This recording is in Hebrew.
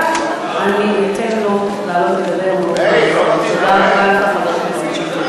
הוא יוכל לעלות אחר כך, לנצל את זכות